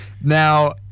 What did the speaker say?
Now